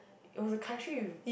it was a country with